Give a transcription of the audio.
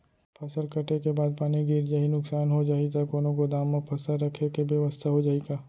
फसल कटे के बाद पानी गिर जाही, नुकसान हो जाही त कोनो गोदाम म फसल रखे के बेवस्था हो जाही का?